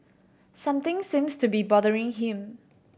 something seems to be bothering him